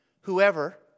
Whoever